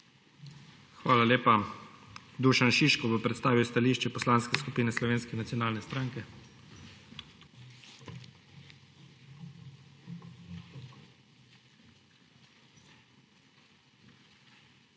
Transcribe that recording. Hvala lepa. Dušan Šiško bo predstavil stališče Poslanske skupine Slovenske nacionalne stranke. **DUŠAN